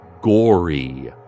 gory